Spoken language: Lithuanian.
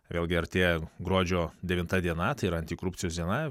vėlgi artėja gruodžio devinta diena tai yra antikorupcijos diena